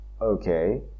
okay